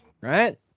right